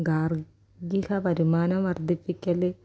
ഗാർഹിക വരുമാനം വർദ്ധിപ്പിക്കൽ